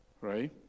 Right